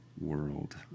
world